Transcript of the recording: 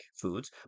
foods